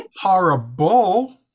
horrible